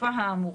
בתקופה האמורה: